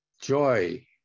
joy